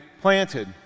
planted